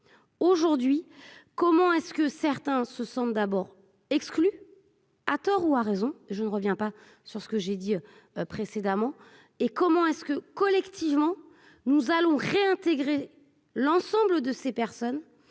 aujourd'hui comment est-ce que certains se sont d'abord exclus à tort ou à raison, je ne reviens pas sur ce que j'ai dit précédemment et comment est-ce que collectivement nous allons réintégrer l'ensemble de ces personnes